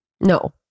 No